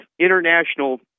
international